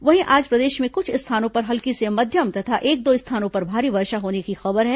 वहीं आज प्रदेश में कुछ स्थानों पर हल्की से मध्यम तथा एक दो स्थानों पर भारी वर्षा होने की खबर है